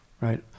Right